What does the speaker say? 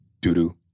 Doo-doo